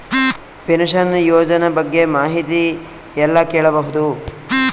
Pension ಯೋಜನ ಬಗ್ಗೆ ಮಾಹಿತಿ ಎಲ್ಲ ಕೇಳಬಹುದು?